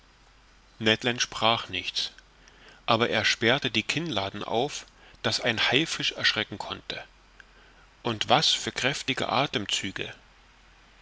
ned land sprach nichts aber er sperrte die kinnladen auf daß ein haifisch erschrecken konnte und was für kräftige athemzüge